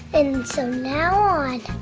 and so now on,